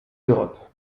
d’europe